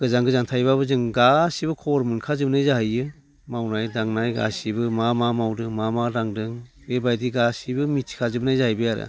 गोजान गोजान थाहैबाबो जों गासैबो खबर मोनखा जोबनाय जाहैयो मावनाय दांनाय गासैबो मा मा मावदों मा मा दांदों बेबायदि गासैबो मिथिखाजोबनाय जाहैबाय आरो